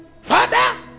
Father